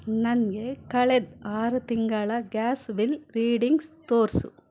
ನನಗೆ ಕಳೆದ ಆರು ತಿಂಗಳ ಗ್ಯಾಸ್ ಬಿಲ್ ರೀಡಿಂಗ್ಸ್ ತೋರಿಸು